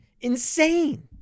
insane